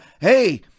hey